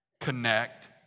connect